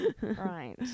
Right